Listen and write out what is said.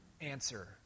answer